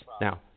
Now